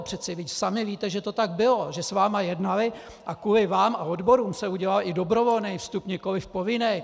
Vždyť přece sami víte, že to tak bylo, že s vámi jednali a kvůli vám a odborům se udělal i dobrovolný vstup, nikoliv povinný.